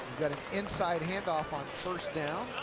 got an inside handoff on first down.